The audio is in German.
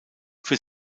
für